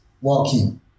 walking